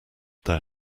their